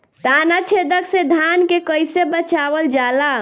ताना छेदक से धान के कइसे बचावल जाला?